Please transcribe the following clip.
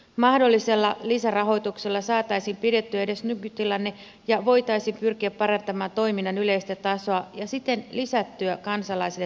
mahdollisella lisärahoituksella saataisiin pidettyä edes nykytilanne ja voitaisiin pyrkiä parantamaan toiminnan yleistä tasoa ja siten lisättyä kansalaisille tuotettavia turvallisuuspalveluita